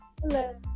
Hello